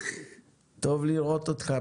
טוב לראות אותך.